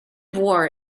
war